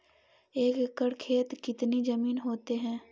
एक एकड़ खेत कितनी जमीन होते हैं?